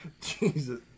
Jesus